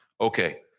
Okay